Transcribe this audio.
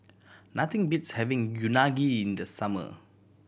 nothing beats having Unagi in the summer